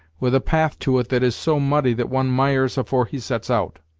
with a path to it that is so muddy that one mires afore he sets out.